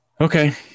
Okay